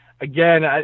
again